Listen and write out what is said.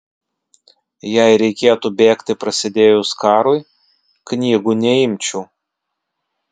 jei reikėtų bėgti prasidėjus karui knygų neimčiau